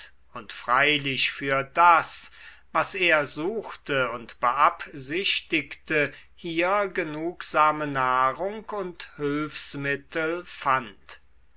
und freilich für das was er suchte und beabsichtigte hier genugsame nahrung und hülfsmittel fand